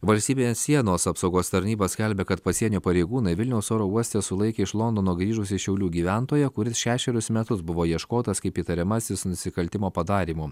valstybinės sienos apsaugos tarnyba skelbia kad pasienio pareigūnai vilniaus oro uoste sulaikė iš londono grįžusį šiaulių gyventoją kuris šešerius metus buvo ieškotas kaip įtariamasis nusikaltimo padarymu